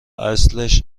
اصلش